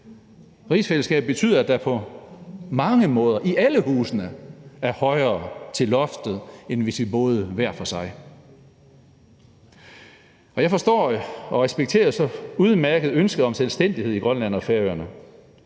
Rigsfællesskabet betyder, at der på mange måder, i alle husene, er højere til loftet, end hvis vi boede hver for sig. Jeg respekterer og forstår så udmærket ønsket om selvstændighed i Grønland og på Færøerne,